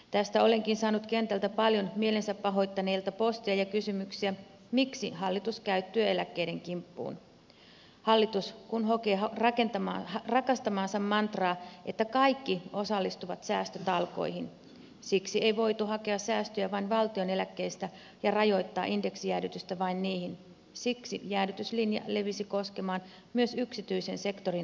tästä olenkin saanut kentältä paljon mielensä pahoittaneilta postia ja kysymyksiä miksi hallitus käy työeläkkeiden kimppuun hallitus kun hokee rakastamaansa mantraa että kaikki osallistuvat säästötalkoisiin ja siksi ei voitu hakea säästöjä vain valtion eläkkeistä ja rajoittaa indeksijäädytystä vain niihin siksi jäädytyslinja levisi koskemaan myös yksityisen sektorin eläkkeitä